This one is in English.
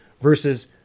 versus